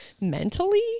Mentally